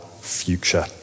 future